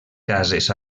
cases